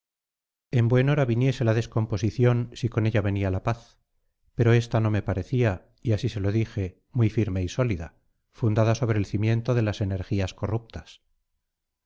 en buen hora viniese la descomposición si con ella venía la paz pero esta no me parecía y así se lo dije muy firme y sólida fundada sobre el cimiento de las energías corruptas